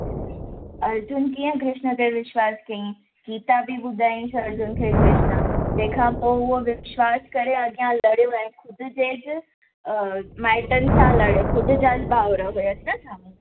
अर्जुन कीअं कृष्ण ते विश्वासु कयईं गीता बि बुधायांसि अर्जुन खे कृष्ण तंहिंखां पोइ उहो विश्वास करे अॻियां लड़ियो ऐं ख़ुदि जे ज माइटनि सां लड़ियो ख़ुदि जा ई भाउरि हुयसि न साम्हूं